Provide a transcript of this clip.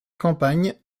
campagne